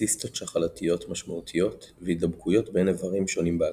ציסטות שחלתיות משמעותיות והידבקויות בין איברים שונים באגן.